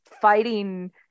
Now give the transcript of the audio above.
fighting